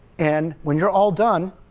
and when you're all done,